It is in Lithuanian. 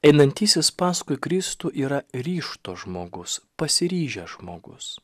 einantysis paskui kristų yra ryžto žmogus pasiryžęs žmogus